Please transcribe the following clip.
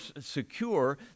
secure